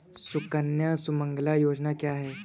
सुकन्या सुमंगला योजना क्या है?